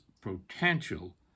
potential